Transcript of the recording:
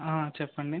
ఆ చెప్పండి